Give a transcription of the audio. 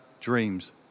dreams